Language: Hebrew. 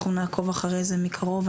אנחנו נעקוב אחרי זה מקרוב.